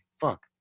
fuck